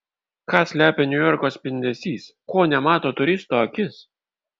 ką slepia niujorko spindesys ko nemato turisto akis